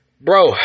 Bro